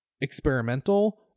experimental